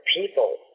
people